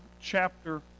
chapter